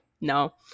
no